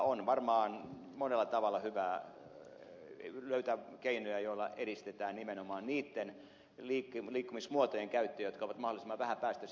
on varmaan monella tavalla hyvä löytää keinoja joilla edistetään nimenomaan niitten liikkumismuotojen käyttöä jotka ovat mahdollisimman vähäpäästöisiä